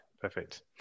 Perfect